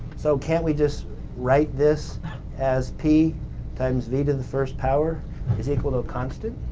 so, can't we just write this as p times v to the first power is equal to a constant?